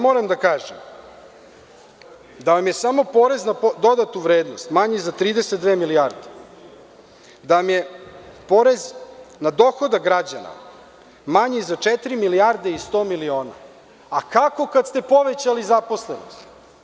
Moram da kažem da vam je samo porez na dodatu vrednost manji za 32 milijarde, da vam je porez na dohodak građana manji za 4 milijarde i 100 miliona, a kako kad ste povećali zaposlenost?